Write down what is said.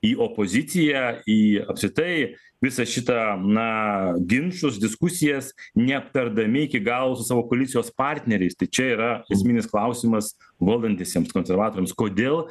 į opoziciją į apskritai visą šitą na ginčus diskusijas neaptardami iki galo su savo koalicijos partneriais tai čia yra esminis klausimas valdantiesiems konservatoriams kodėl